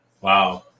wow